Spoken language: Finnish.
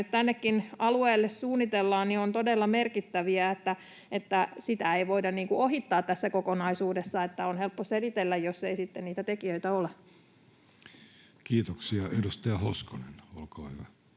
tännekin alueelle suunnitellaan, ovat todella merkittäviä. Sitä ei voida ohittaa tässä kokonaisuudessa: on helppo selitellä, jos ei sitten niitä tekijöitä ole. [Speech 154] Speaker: